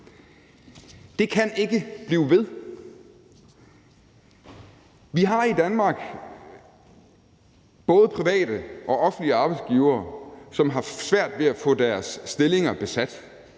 Det kan ikke blive ved. Vi har i Danmark både private og offentlige arbejdsgivere, som har svært ved at få deres stillinger besat.